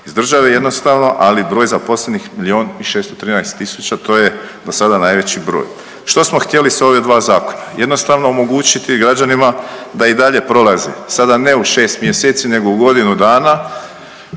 iz države jednostavno, ali broj zaposlenih je milijun i 613 tisuća to je do sada najveći broj. Što smo htjeli sa ova dva zakona? Jednostavno omogućiti građanima da i dalje prolaze sada ne u 6 mjeseci, nego u godinu dana